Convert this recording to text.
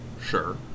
Sure